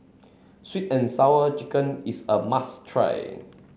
sweet and sour chicken is a must try